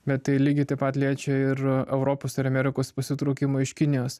bet tai lygiai taip pat liečia ir europos ir amerikos pasitraukimą iš kinijos